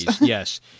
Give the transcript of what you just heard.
yes